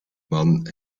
mann